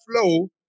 flow